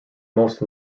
most